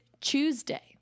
Tuesday